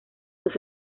los